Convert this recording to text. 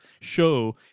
show